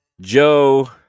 Joe